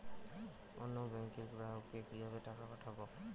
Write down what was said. অন্য ব্যাংকের গ্রাহককে কিভাবে টাকা পাঠাবো?